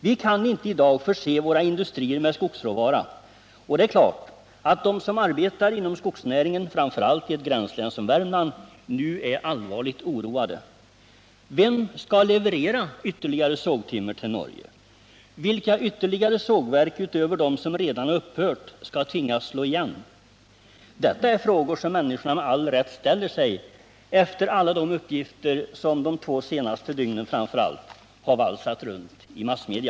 Vi kan i dag inte förse våra industrier med skogsråvara, och det är klart att de som arbetar inom skogsnäringen — framför allt i ett gränslän som Värmland — nu är allvarligt oroade. Vem skall leverera ytterligare sågtimmer till Norge? Vilka ytterligare sågverk utöver dem som redan upphört skulle tvingas slå igen? Detta är frågor som människorna med all rätt ställer sig efter alla de uppgifter som de två senaste dygnen har valsat runt framför allt i massmedia.